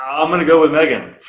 um i'm gonna go with meaghan.